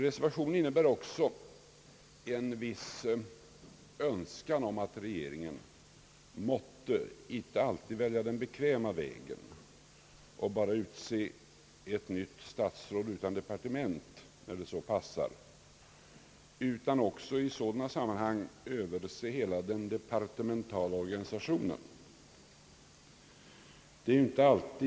Reservationen innebär också en viss önskan om att regeringen inte måtte alltid välja den bekväma vägen och bara utse ett nytt statsråd utan departement när det så passar, utan också i sådana sammanhang överse hela den departe mentala organisationen.